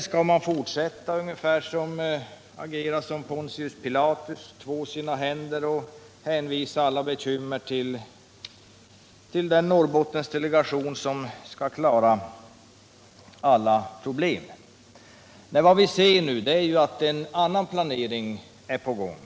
Skall man fortsätta att agera ungefär som Pontius Pilatus, två sina händer och hänvisa alla bekymmer till den Norrbottendelegation som skall klara alla problem? Vad vi ser nu är att en annan planering är på gång.